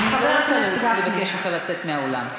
אני לא רוצה לבקש ממך לצאת מהאולם.